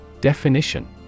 definition